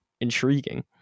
intriguing